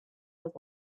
with